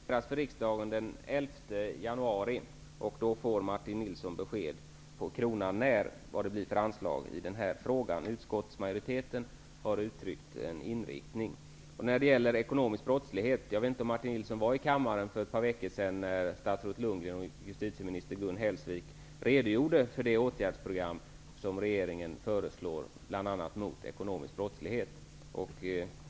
Fru talman! Budgetpropositionen presenteras för riksdagen den 11 januari. Då får Martin Nilsson besked på kronan när om vilka anslag det blir i detta avseende. Utskottsmajoriteten har uttryckt en inriktning. Jag vet inte om Martin Nilsson var i kammaren för ett par veckor sedan när statsrådet Bo Lundgren och justitieminister Gun Hellsvik redogjorde för de åtgärdsprogram som regeringen föreslår bl.a. mot ekonomisk brottslighet.